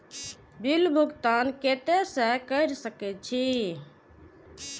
Bill भुगतान केते से कर सके छी?